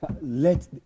let